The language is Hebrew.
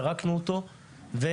פירקנו אותו והתקדמנו.